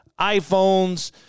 iPhones